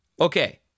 Okay